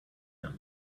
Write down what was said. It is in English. him